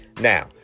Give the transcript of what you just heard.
Now